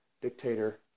dictator